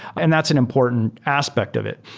and that's an important aspect of it.